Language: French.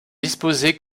disposés